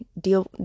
deal